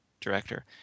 director